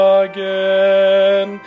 again